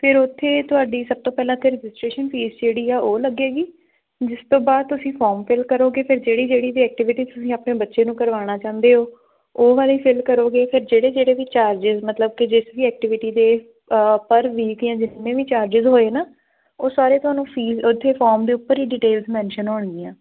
ਫਿਰ ਉੱਥੇ ਤੁਹਾਡੀ ਸਭ ਤੋਂ ਪਹਿਲਾਂ ਇੱਥੇ ਰਜਿਸਟ੍ਰੇਸ਼ਨ ਫੀਸ ਜਿਹੜੀ ਆ ਉਹ ਲੱਗੇਗੀ ਜਿਸ ਤੋਂ ਬਾਅਦ ਤੁਸੀਂ ਫੋਰਮ ਫਿੱਲ ਕਰੋਗੇ ਫਿਰ ਜਿਹੜੀ ਜਿਹੜੀ ਵੀ ਐਕਟੀਵਿਟੀ ਤੁਸੀਂ ਆਪਣੇ ਬੱਚੇ ਨੂੰ ਕਰਵਾਉਣਾ ਚਾਹੁੰਦੇ ਹੋ ਉਹ ਵਾਲੀ ਫਿੱਲ ਕਰੋਗੇ ਫਿਰ ਜਿਹੜੇ ਜਿਹੜੇ ਵੀ ਚਾਰਜਿਜ ਮਤਲਬ ਕਿ ਜਿਸ ਵੀ ਐਕਟੀਵਿਟੀ ਦੇ ਪਰ ਵੀਕ ਜਾਂ ਜਿੰਨੇ ਵੀ ਚਾਰਜਿਜ ਹੋਏ ਨਾ ਉਹ ਸਾਰੇ ਤੁਹਾਨੂੰ ਫੀਲ ਉੱਥੇ ਫੋਰਮ ਦੇ ਉੱਪਰ ਹੀ ਡਿਟੇਲ ਮੈਨਸ਼ਨ ਹੋਣਗੀਆਂ